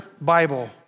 Bible